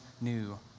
new